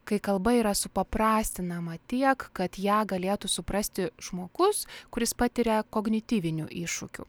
kai kalba yra supaprastinama tiek kad ją galėtų suprasti žmogus kuris patiria kognityvinių iššūkių